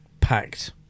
packed